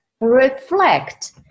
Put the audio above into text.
reflect